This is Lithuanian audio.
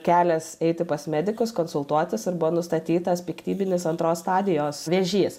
kelias eiti pas medikus konsultuotis ir buvo nustatytas piktybinis antros stadijos vėžys